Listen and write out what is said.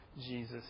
Jesus